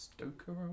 Stoker